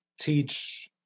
teach